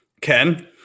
Ken